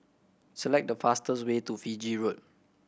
select the fastest way to Fiji Road